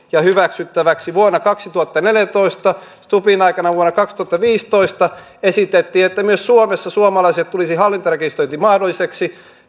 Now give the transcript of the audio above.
ja hyväksyttäväksi vuonna kaksituhattaneljätoista stubbin aikana vuonna kaksituhattaviisitoista esitettiin että myös suomessa suomalaisille tulisi hallintarekisteröinti mahdolliseksi